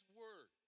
word